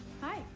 Hi